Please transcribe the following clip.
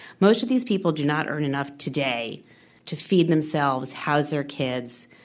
most of these people do not earn enough today to feed themselves, house their kids,